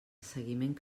seguiment